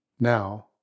Now